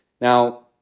Now